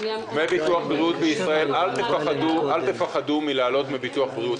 אל תפחדו להעלות דמי בריאות.